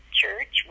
church